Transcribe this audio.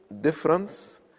difference